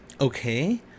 Okay